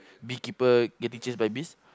beekeeper getting chased by bees